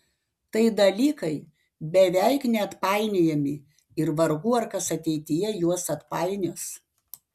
tai dalykai beveik neatpainiojami ir vargu ar kas ateityje juos atpainios